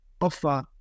offer